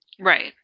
Right